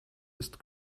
ist